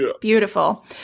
Beautiful